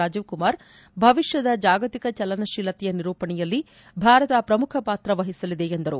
ರಾಜೀವ್ ಕುಮಾರ್ ಭವಿಷ್ಯದ ಜಾಗತಿಕ ಚಲನಶೀಲತೆಯ ನಿರೂಪಣೆಯಲ್ಲಿ ಭಾರತ ಪ್ರಮುಖ ಪಾತ್ರ ವಹಿಸಲಿದೆ ಎಂದರು